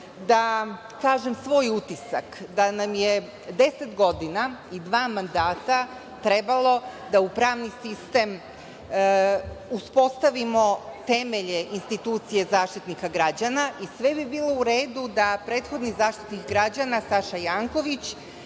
da kažem svoj utisak, da nam je 10 godina i dva mandata trebalo da u pravni sistem uspostavimo temelje institucije Zaštitnika građana. Sve bi bilo u redu da prethodni Zaštitnik građana Saša Janković